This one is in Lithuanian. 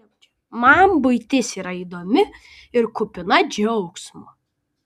man buitis yra įdomi ir kupina džiaugsmo